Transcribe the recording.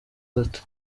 gato